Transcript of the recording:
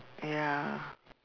ya